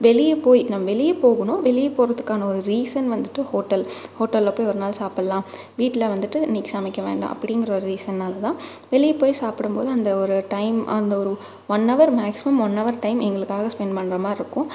வெளியே போய் நம்ப வெளியே போகணும் வெளியே போகிறதுக்கான ஒரு ரீசென் வந்துட்டு ஹோட்டல் ஹோட்டலில் போய் ஒரு நாள் சாப்புடல்லான் வீட்டில் வந்துட்டு இன்னிக்கு சமைக்க வேண்டாம் அப்படிங்குற ஒரு ரீசென்னாலெ தான் வெளியே போய் சாப்பிடும்போது அந்த ஒரு டைம் அந்த ஒரு ஒன்னவர் மேக்சிமம் ஒன்னவர் டைம் எங்களுக்காக ஸ்பென்ட் பண்ணுற மாரிருக்கும்